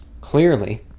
clearly